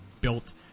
built